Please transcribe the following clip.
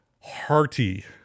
hearty